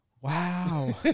Wow